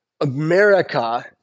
America